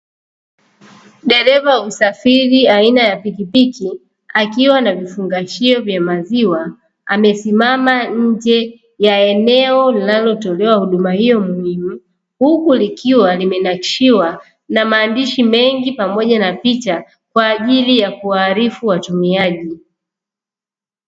Dereva wa usafiri aina ya pikipiki akiwa na vifungashio vya maziwa, amesimama nje ya eneo linalotolewa huduma hiyo muhimu, huku likiwa limenakshiwa na maandishi mengi pamoja na picha, kwa ajili ya kuwaarifu watumiaji.